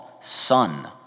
Son